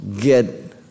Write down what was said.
get